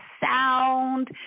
sound